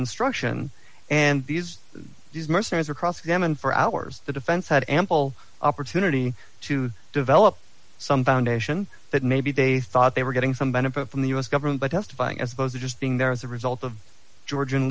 instruction and these these mercenaries are cross examined for hours the defense had ample opportunity to develop some foundation that maybe they thought they were getting some benefit from the u s government but testifying as opposed to just being there as a result of georg